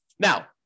Now